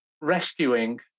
rescuing